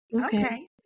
okay